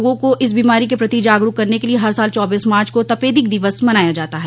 लोगों को इस बीमारी के प्रति जागरूक करने के लिए हर साल चौबीस मार्च को तपेदिक दिवस मनाया जाता है